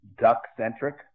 duck-centric